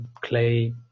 clay